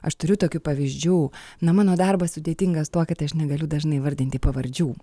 aš turiu tokių pavyzdžių na mano darbas sudėtingas tuo kad aš negaliu dažnai vardinti pavardžių